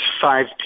five